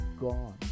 gone